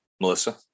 Melissa